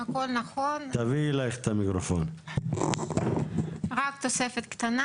הכל נכון, רק תוספת קטנה.